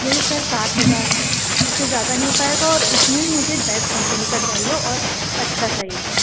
यही सर साठ हज़ार इससे ज़्यादा नहीं हो पाएगा और इसमें ही मुझे बेस्ट कंपनी का चाहिए और अच्छा चाहिए